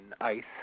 ice